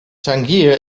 tangier